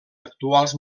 actuals